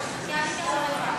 כי אני גם לא הבנתי.